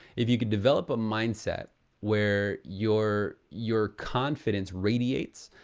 if you could develop a mindset where your your confidence radiates,